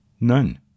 None